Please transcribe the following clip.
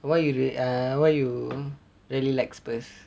why you uh why you really like spurs